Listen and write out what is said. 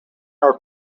are